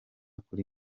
kuri